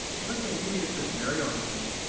and let's say you answered very organized,